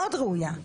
מאוד ראויה.